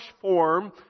form